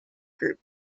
group